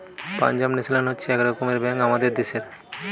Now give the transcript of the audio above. Punjab national হচ্ছে এক রকমের ব্যাঙ্ক আমাদের দ্যাশের